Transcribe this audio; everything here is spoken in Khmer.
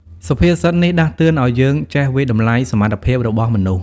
សុភាសិតនេះដាស់តឿនឱ្យយើងចេះ វាយតម្លៃសមត្ថភាពរបស់មនុស្ស។